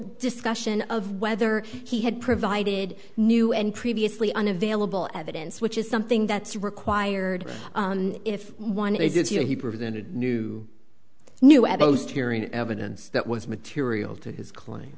discussion of whether he had provided new and previously unavailable evidence which is something that's required if one is that you know he presented new new web host hearing evidence that was material to his cl